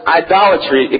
idolatry